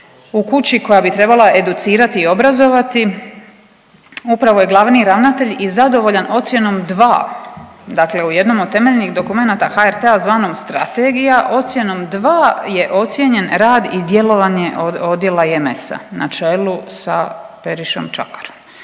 U kući koja bi trebala educirati i obrazovati upravo je glavni ravnatelj i zadovoljan ocjenom dva, dakle u jednom od temeljnih dokumenata HRT-a zvanom strategija ocjenom dva je ocijenjen rad i djelovanje od odjela IMS-a na čelu sa Perišom Čakarom.